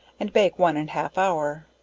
and bake one and half hour.